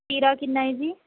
ਤੀਰਾ ਕਿੰਨਾ ਹੈ ਜੀ